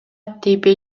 тийбей